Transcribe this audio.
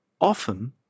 often